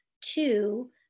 Two